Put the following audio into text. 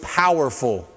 powerful